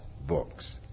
books